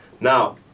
Now